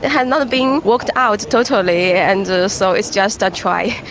it has not been worked out totally and so it's just a try.